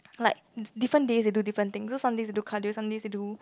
like different days they do different things so somedays they do cardio somedays they do